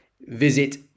visit